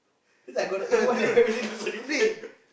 is like I gonna eh what the hell